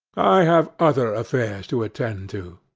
i have other affairs to attend to.